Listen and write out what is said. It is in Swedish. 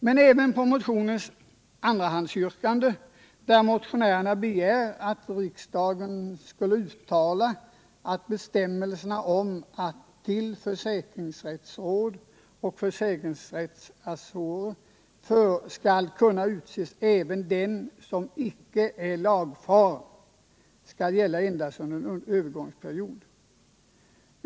regionala försäk: I ett andrahandsyrkande begär motionärerna att riksdagen skall uttala, — ringsrätter att bestämmelsen om att till försäkringsrättsråd och försäkringsrättsassessor skall kunna utses även den som icke är lagfaren skall gälla endast under en övergångsperiod.